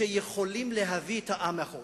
שיכולים להביא את העם מאחוריהם.